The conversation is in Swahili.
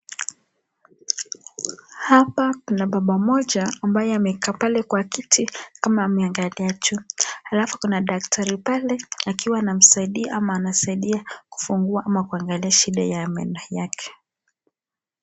Hapa kuna baba mmoja ambaye amekaa pale kwa kiti kama amengalia juu, halafu kuna daktari pale akiwa anamsaidia kufungua ama kuangalia shida ya meno yake.